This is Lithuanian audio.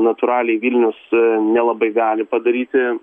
natūraliai vilnius nelabai gali padaryti